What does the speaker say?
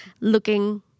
looking